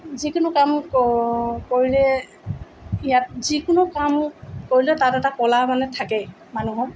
যিকোনো কাম কৰিলে ইয়াত যিকোনো কাম কৰিলে তাত এটা কলা মানে থাকেই মানুহৰ